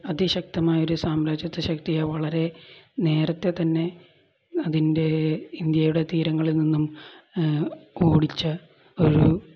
അതിശക്തമായ ഒരു സാമ്രാജ്യത്വ ശക്തിയെ വളരെ നേരത്തെ തന്നെ അതിൻ്റെ ഇന്ത്യയുടെ തീരങ്ങളിൽ നിന്നും ഓടിച്ച ഒരു